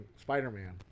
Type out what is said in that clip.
Spider-Man